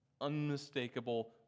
unmistakable